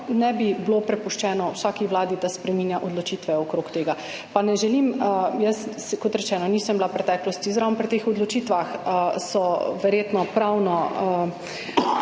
ne bi bilo prepuščeno vsaki vladi, da spreminja odločitve okrog tega. Pa ne želim – kot rečeno, v preteklosti nisem bila zraven pri teh odločitvah, verjetno se pravno